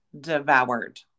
devoured